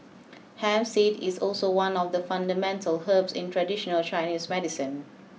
hemp seed is also one of the fundamental herbs in traditional Chinese medicine